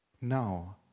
Now